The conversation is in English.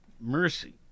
Mercy